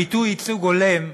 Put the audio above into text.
הביטוי "ייצוג הולם"